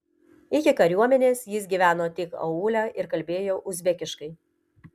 iki kariuomenės jis gyveno tik aūle ir kalbėjo uzbekiškai